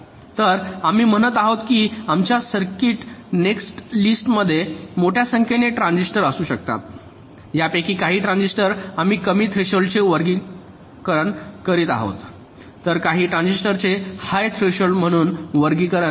तर आम्ही म्हणत आहोत की आमच्या सर्किट नेटलिस्टमध्ये मोठ्या संख्येने ट्रान्झिस्टर असू शकतात यापैकी काही ट्रान्झिस्टर आम्ही कमी थ्रेशोल्ड चे वर्गीकरण करीत आहोत तर काही ट्रान्झिस्टरचे हाय थ्रेशोल्ड म्हणून वर्गीकरण करीत आहोत